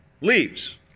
leaves